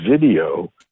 video